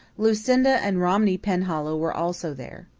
lucinda and romney penhallow were also there.